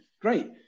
great